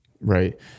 right